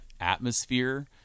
atmosphere